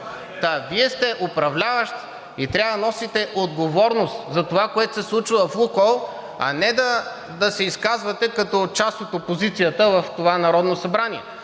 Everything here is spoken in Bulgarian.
Вие сте управляващи и трябва да носите отговорност за това, което се случва в „Лукойл“, а не да се изказвате като част от опозицията в това Народно събрание.